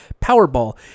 Powerball